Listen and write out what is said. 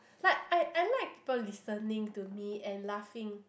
like I I like people listening to me and laughing